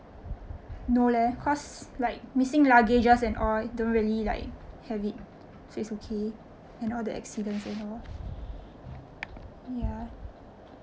no leh cause like missing luggages and all don't really like have it so it's okay and all the accidents and all ya